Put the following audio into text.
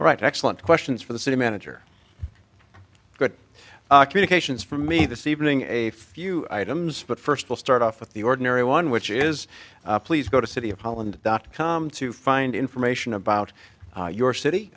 right excellent questions for the city manager good communications for me this evening a few items but first we'll start off with the ordinary one which is please go to city of holland dot com to find information about your city